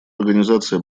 организации